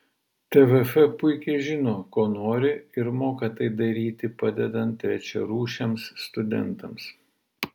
tvf puikiai žino ko nori ir moka tai daryti padedant trečiarūšiams studentams